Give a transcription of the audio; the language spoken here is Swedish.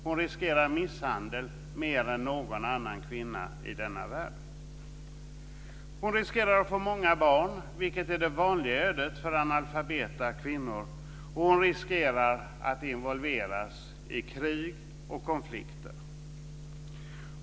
Hon riskerar misshandel mer än någon annan kvinna i denna värld. Hon riskerar att få många barn, vilket är det vanliga ödet för analfabeta kvinnor, och hon riskerar att involveras i krig och konflikter.